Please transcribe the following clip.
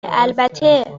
البته